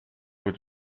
with